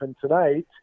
tonight